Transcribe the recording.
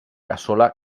cassola